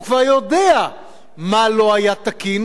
הוא כבר יודע מה לא היה תקין,